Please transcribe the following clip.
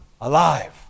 alive